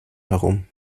herum